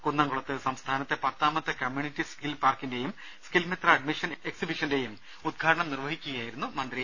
കുന്നംകുളത്ത് സംസ്ഥാനത്തെ പത്താമത്തെ കമ്യൂണിറ്റി സ്കിൽ പാർക്കിന്റെയും സ്കിൽ മിത്ര അഡ്മിഷൻ എക്സിബിഷന്റെയും ഉദ്ഘാടനം നിർവഹിക്കുകയായിരുന്നു മന്ത്രി